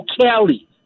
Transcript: Kelly